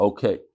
Okay